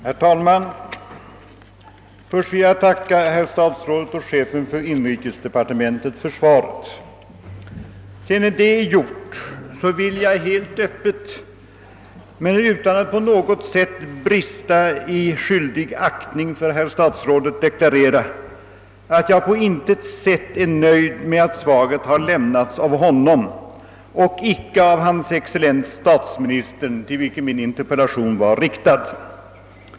Herr talman! Först vill jag tacka herr statsrådet och chefen för inrikesdepartementet för svaret. Sedan det är gjort vill jag helt öppet men utan att på något vis brista i skyldig aktning för herr statsrådet deklarera att jag på intet sätt är nöjd med att svaret har lämnats av honom och inte av hans excellens statsministern, till vilken min interpellation var riktad.